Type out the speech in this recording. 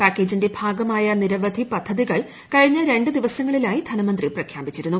പാക്കേജിന്റെ ഭാഗമായ നിരവധി പദ്ധതികൾ കഴിഞ്ഞ രണ്ട് ദിവസങ്ങളിലായി ധനമന്ത്രി പ്രഖ്യാപിച്ചിരുന്നു